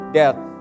death